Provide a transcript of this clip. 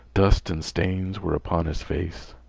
dust and stains were upon his face.